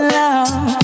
love